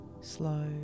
slow